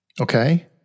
Okay